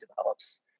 develops